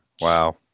wow